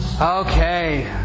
okay